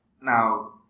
Now